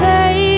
Say